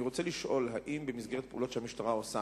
אני רוצה לשאול: האם במסגרת הפעולות שהמשטרה עושה